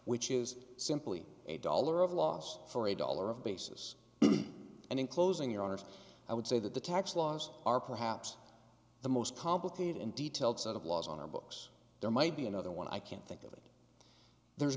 which is simply a dollar of loss for a dollar of basis and in closing your honor i would say that the tax laws are perhaps the most complicated and detailed set of laws on our books there might be another one i can't think that there's